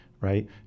right